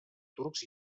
turcs